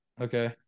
Okay